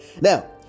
Now